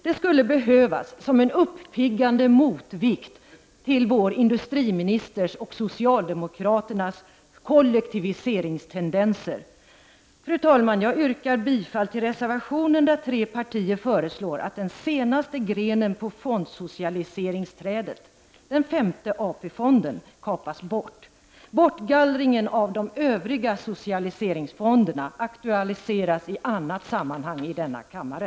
Det skulle behövas som en uppiggande motvikt till vår industriministers och socialdemokraternas kollektiviseringstendenser. Fru talman! Jag yrkar bifall till den reservation i vilken tre partier föreslår att den senaste grenen på fondsocialiseringsträdet — den femte AP-fonden — kapas. Bortgallringen av de övriga socialiseringsfonderna aktualiseras i annat sammanhang i denna kammare.